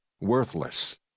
worthless